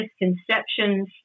misconceptions